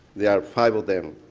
there are five of them.